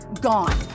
gone